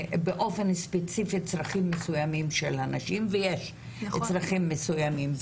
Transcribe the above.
באופן ספציפי צרכים מסוימים של הנשים ויש צרכים מסוימים.